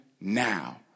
now